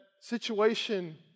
situation